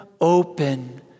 open